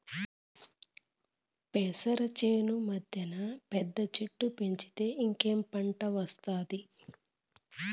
పెసర చేను మద్దెన పెద్ద చెట్టు పెంచితే ఇంకేం పంట ఒస్తాది